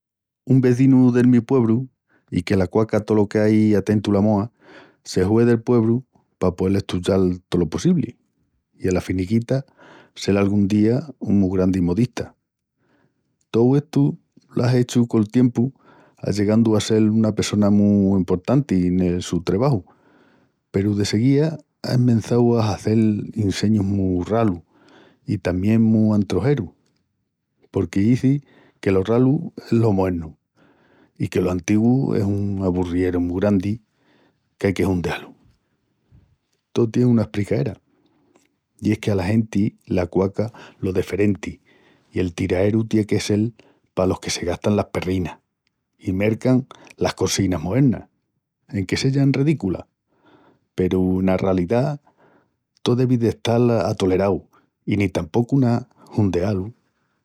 Un vezinu del mi puebru i que l'aquaca tolo qu'ai a tentu la moa, se hue del puebru pa poel estuyal tolo possibli i ala finiquita sel angún día un mu grandi modista. Tou estu lo á hechu col tiempu, allegandu a sel una pessona mu emportanti nel su trebaju, peru desseguía á esmençau a hazel inseñus mu ralus i tamién mu antrojerus, porque izi que lo ralu es lo moernu i que lo antigu es un aburrieru mu grandi qu'ai que hundeal-lu. Tou tié una espricaera i es que ala genti l'aquaca lo deferenti i el tiraeru tié que sel palos que se gastan las perrinas i mercan las cosinas moernas, enque seyan redículas, peru ena ralidá tó devi de estal atolerau i ni tapocu ná hundeal-lu.